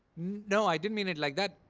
no, i didn't mean it like that.